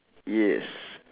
yes